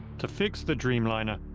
to fix the dreamliner,